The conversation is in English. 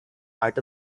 art